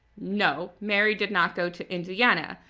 no. mary did not go to indiana.